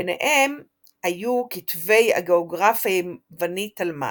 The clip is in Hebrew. ביניהם היו כתבי הגאוגרף היווני תלמי,